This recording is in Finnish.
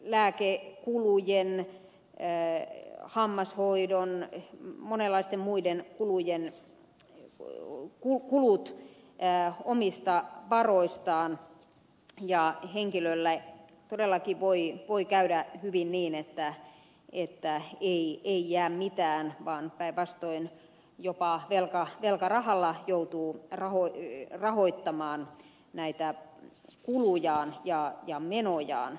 lääkkeen hullujen yö ei hammashoidon kulut lääkekulut hammashoito monenlaiset muut kulut omista varoistaan ja henkilölle todellakin voi käydä hyvin niin että ei jää mitään vaan päinvastoin jopa velkarahalla joutuu rahoittamaan näitä kulujaan ja menojaan